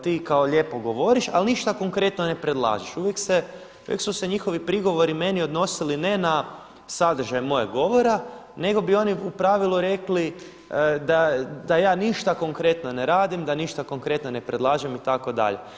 Ti kao lijepo govoriš, ali ništa konkretno ne predlažeš, uvijek su se njihovi prigovori meni odnosili ne na sadržaj mojeg govora nego bi oni u pravilu rekli da ja ništa konkretno ne radim, da ništa konkretno ne predlažem itd.